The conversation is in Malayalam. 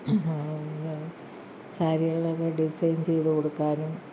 സാരികളൊക്കെ ഡിസൈൻ ചെയ്തു കൊടുക്കാനും